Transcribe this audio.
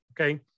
okay